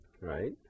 right